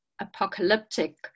apocalyptic